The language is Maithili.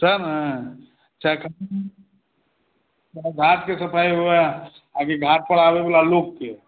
सहए ने चाहे घाटके सफाइ होअ आकि घाट पर अबै बला लोककेेँ